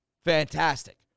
fantastic